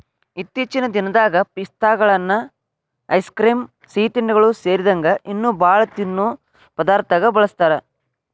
ಇತ್ತೇಚಿನ ದಿನದಾಗ ಪಿಸ್ತಾಗಳನ್ನ ಐಸ್ ಕ್ರೇಮ್, ಸಿಹಿತಿಂಡಿಗಳು ಸೇರಿದಂಗ ಇನ್ನೂ ಬಾಳ ತಿನ್ನೋ ಪದಾರ್ಥದಾಗ ಬಳಸ್ತಾರ